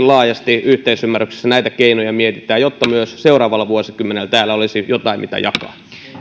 laajasti yhteisymmärryksessä näitä keinoja mietitään jotta myös seuraavalla vuosikymmenellä täällä olisi jotain mitä jakaa